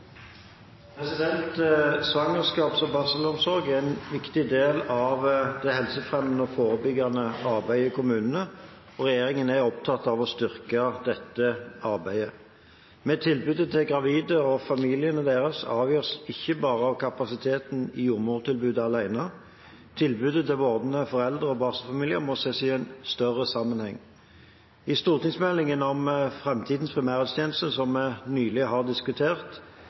Svangerskaps- og barselomsorg er en viktig del av det helsefremmende og forebyggende arbeidet i kommunene, og regjeringen er opptatt av å styrke dette arbeidet. Men tilbudet til gravide og familiene deres avgjøres ikke av kapasiteten i jordmortilbudet alene. Tilbudet til vordende foreldre og barselfamilier må ses i en større sammenheng. I stortingsmeldingen om framtidens primærhelsetjeneste, som vi nylig har diskutert,